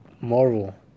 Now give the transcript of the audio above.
Marvel